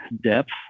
depth